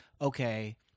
okay